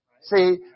See